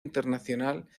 internacional